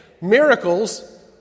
Miracles